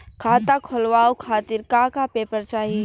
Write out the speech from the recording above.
खाता खोलवाव खातिर का का पेपर चाही?